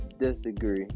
disagree